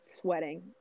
sweating